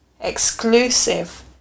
exclusive